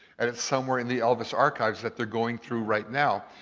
and it's somewhere in the elvis archives that they're going through right now,